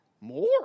more